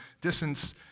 distance